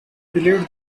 believed